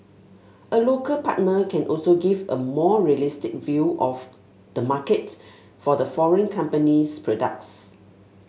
a local partner can also give a more realistic view of the market for the foreign company's products